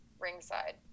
Ringside